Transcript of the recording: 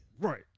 Right